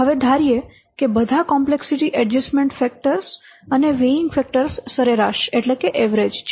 હવે ધારીએ કે બધા કોમ્પ્લેક્સિટી ઍડ્જસ્ટમેન્ટ ફેક્ટર્સ અને વેઈન્ગ ફેક્ટર્સ સરેરાશ છે